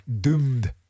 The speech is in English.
Doomed